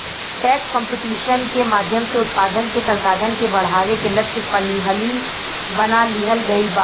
tax competition के माध्यम से उत्पादन के संसाधन के बढ़ावे के लक्ष्य पहिलही बना लिहल गइल बा